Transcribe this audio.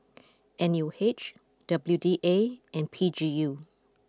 N U H W D A and P G U